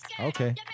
Okay